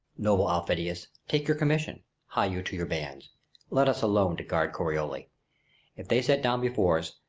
noble aufidius, take your commission hie you to your bands let us alone to guard corioli if they set down before's,